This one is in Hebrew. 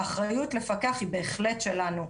האחריות לפקח היא בהחלט שלנו.